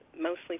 mostly